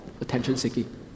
attention-seeking